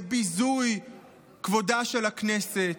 זה ביזוי כבודה של הכנסת.